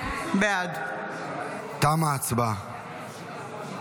בעד תמה ההצבעה.